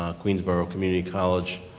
um queensborough community college,